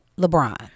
LeBron